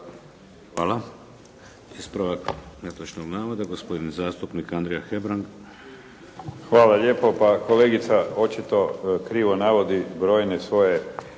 Hvala. Ispravak netočnog navoda, gospodin zastupnik Andrija Hebrang. **Hebrang, Andrija (HDZ)** Hvala lijepo. Pa, kolegica očito krivo navodi brojne svoje